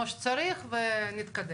כשאת רוצה לפתור את המשגיח מושגח ואת עושה